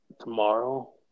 Tomorrow